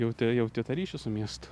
jauti jauti tą ryšį su miestu